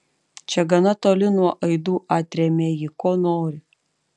čia gana toli nuo aidų atrėmė ji ko nori